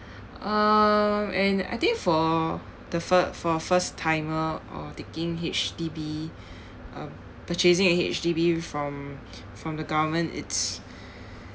uh and I think for the fir~ for first timer or taking H_D_B um purchasing a H_D_B from from the government it's